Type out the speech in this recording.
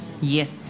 Yes